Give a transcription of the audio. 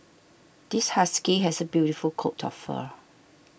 this husky has a beautiful coat of fur